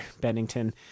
Bennington